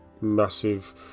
Massive